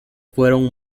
fueron